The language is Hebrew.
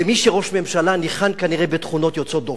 ומי שהוא ראש ממשלה ניחן כנראה בתכונות יוצאות דופן.